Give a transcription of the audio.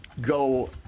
go